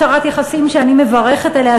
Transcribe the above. הפשרת יחסים שאני מברכת עליה,